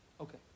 Okay